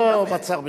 לא מעצר מינהלי.